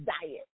diet